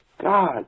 God